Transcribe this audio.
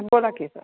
बोला की सर